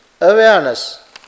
awareness